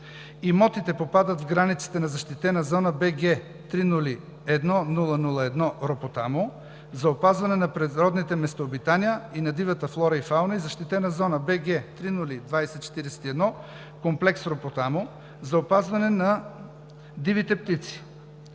Имотите попадат в границите на защитена зона БГ0001001 „Ропотамо“ за опазване на природните местообитания и на дивата флора и фауна и защитена зона БГ0002041 комплекс „Ропотамо“ за опазване на дивите птици.